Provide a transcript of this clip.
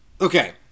Okay